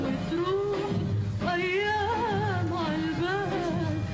בוקר טוב לכולם.